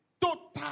total